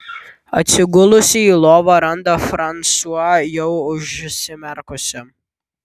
atsigulusi į lovą randa fransua jau užsimerkusį